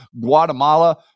Guatemala